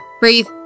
Breathe